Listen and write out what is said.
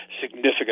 significant